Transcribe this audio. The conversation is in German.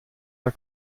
der